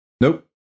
Nope